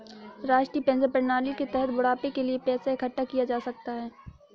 राष्ट्रीय पेंशन प्रणाली के तहत बुढ़ापे के लिए पैसा इकठ्ठा किया जा सकता है